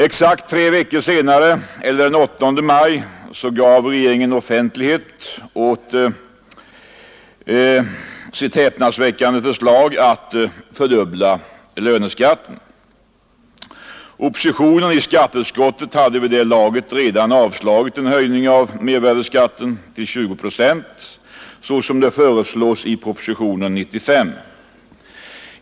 Exakt tre veckor senare eller den 8 maj gav regeringen offentlighet åt sitt häpnadsväckande förslag att fördubbla löneskatten. Oppositionen i skatteutskottet hade vid det laget redan avvisat en höjning av mervärdeskatten till 20 procent, såsom det föreslås i propositionen 95.